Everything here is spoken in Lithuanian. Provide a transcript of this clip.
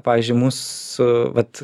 pavyzdžiui mūsų vat